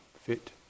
fit